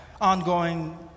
ongoing